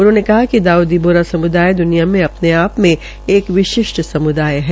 उन्होंने कहा कि दाउदी सम्दाय द्निया में अपने आप में एक विशिष्ठ सम्दाय है